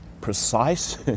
precise